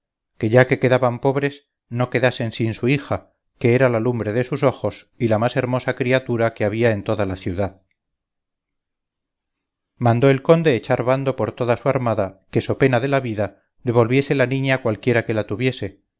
que ya que quedaban pobres no quedasen sin su hija que era la lumbre de sus ojos y la más hermosa criatura que había en toda la ciudad mandó el conde echar bando por toda su armada que so pena de la vida devolviese la niña cualquiera que la tuviese